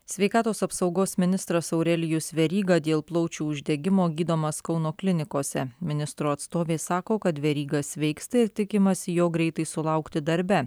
sveikatos apsaugos ministras aurelijus veryga dėl plaučių uždegimo gydomas kauno klinikose ministro atstovė sako kad veryga sveiksta ir tikimasi jo greitai sulaukti darbe